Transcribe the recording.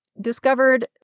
discovered